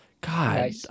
God